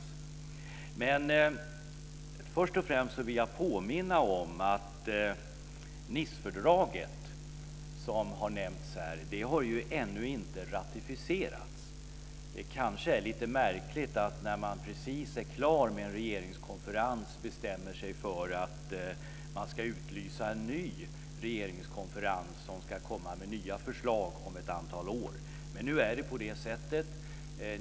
Jag vill först och främst påminna om att Nicefördraget, som här har nämnts, ännu inte har ratificerats. Det är kanske lite märkligt att man precis när man är klar med en regeringskonferens bestämmer sig för att utlysa en ny regeringskonferens, som ska komma med nya förslag om ett antal år, men nu är det så.